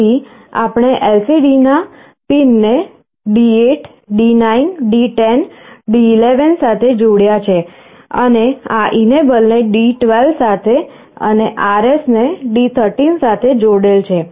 તેથી આપણે LCD ના પિનને D8 D9 D10 D11 સાથે જોડ્યા છે અને આ enable ને D12 સાથે અને RS ને D13 સાથે જોડેલ છે